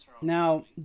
now